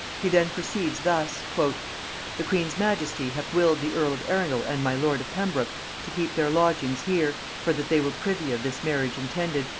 he then proceeds thus the queen's majesty hath willed the earl of arundel and my lord of pembroke to keep their lodgings here, for that they were privy of this marriage intended,